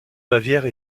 bavière